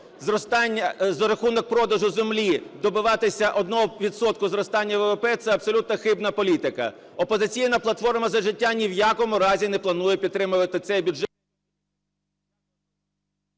за рахунок продажу землі добиватися 1 відсотка зростання ВВП – це абсолютно хибна політика. "Опозиційна платформа – За життя" ні в якому разі не планує підтримувати цей бюджет…